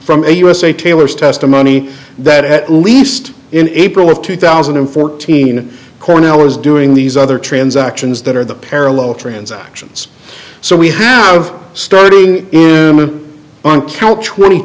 from a usa taylor's testimony that at least in april of two thousand and fourteen cornell was doing these other transactions that are the parallel transactions so we have starting on count twenty